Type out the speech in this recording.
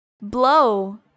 Blow